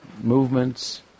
movements